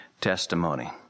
testimony